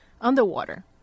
underwater